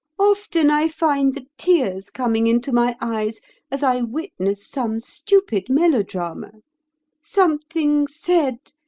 often i find the tears coming into my eyes as i witness some stupid melodrama something said,